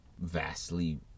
vastly